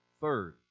Third